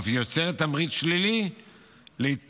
ואף יוצרת תמריץ שלילי להתפנות,